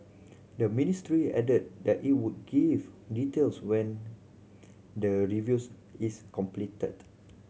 the ministry added that it would give details when the reviews is completed